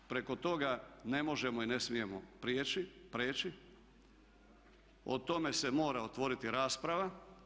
Preko toga ne možemo i ne smijemo prijeći, o tome se mora otvoriti rasprava.